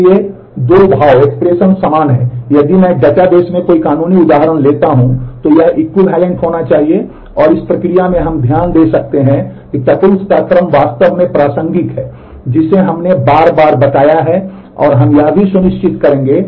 इसलिए दो भाव समान हैं यदि मैं डेटाबेस का कोई कानूनी उदाहरण लेता हूं तो यह इक्विवैलेन्ट प्रदान करता है